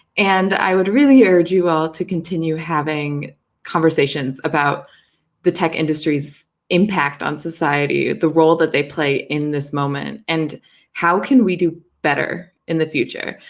and i would really urge you all to continue having conversations about the tech industry's impact on society, the role that they play in this moment, and how can we do better in the future?